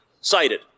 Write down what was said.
cited